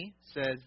says